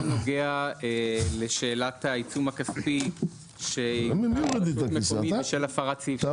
נוגע לשאלת העיצום הכספי שיוטל על רשות מקומית בשל הפרת סעיף 6(א)(ב).